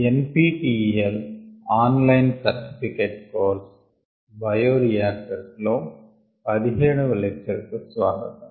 NPTEL online certificate course bioreactors లో 17 వ lecture కు స్వాగతం